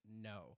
no